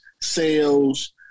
Sales